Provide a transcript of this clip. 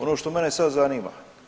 Ono što mene sad zanima.